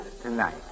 Tonight